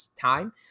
time